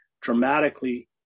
dramatically